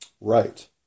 right